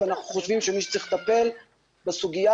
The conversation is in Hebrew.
אנחנו חושבים שמי שצריך לטפל בסוגיה